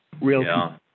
Real